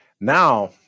now